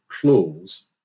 clause